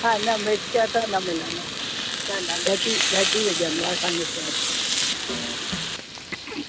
हा न मिर्च त न मिलंदव न घटि ई घटि ई विझंदो आहे असांजो शैफ